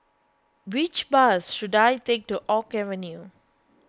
which bus should I take to Oak Avenue